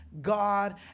god